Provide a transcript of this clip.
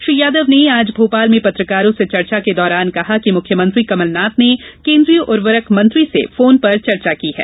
श्री यादव ने आज भोपाल में पत्रकारों से चर्चा के दौरान कहा कि मुख्यमंत्री कमलनाथ ने केंद्रीय उर्वरक मंत्री से फोन पर चर्चा की है